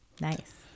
nice